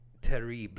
terrible